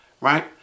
right